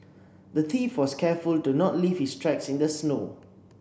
the thief was careful to not leave his tracks in the snow